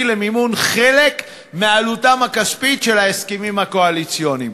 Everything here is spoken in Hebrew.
למימון חלק מעלותם הכספית של ההסכמים הקואליציוניים.